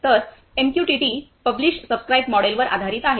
तर MQTT publish subscribe मॉडेलवर आधारित आहे